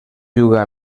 juga